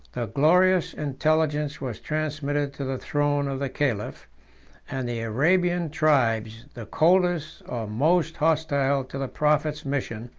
the glorious intelligence was transmitted to the throne of the caliph and the arabian tribes, the coldest or most hostile to the prophet's mission,